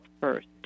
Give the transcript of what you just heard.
first